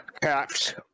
caps